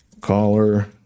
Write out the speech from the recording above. Caller